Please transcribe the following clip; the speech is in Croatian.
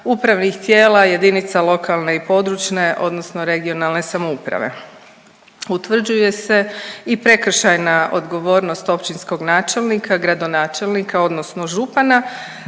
upravnih tijela jedinica lokalne i područne odnosno regionalne samouprave. Utvrđuje se i prekršajna odgovornost općinskog načelnika, gradonačelnika odnosno župana,